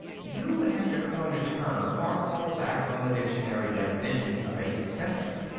you would have to coin a term or fall back on the dictionary definition of a spinster.